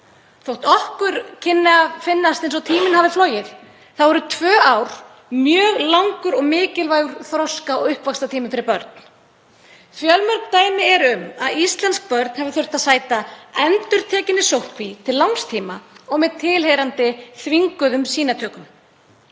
Þótt okkur kunni að finnast eins og tíminn hafi flogið þá eru tvö ár mjög langur og mikilvægur þroska- og uppvaxtartíminn fyrir börn. Fjölmörg dæmi eru um að íslensk börn hafa þurft að sæta endurtekinni sóttkví til langs tíma og með tilheyrandi þvinguðum sýnatökum.